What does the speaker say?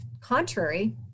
contrary